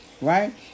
right